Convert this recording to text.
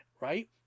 right